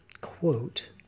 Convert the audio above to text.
quote